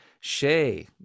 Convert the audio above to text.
shay